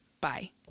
Bye